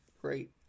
great